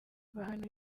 bahanura